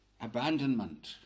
abandonment